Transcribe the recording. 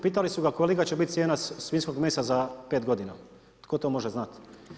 Pitali su ga kolika će biti cijena svinjskog mesa za 5 g., tko to može znati?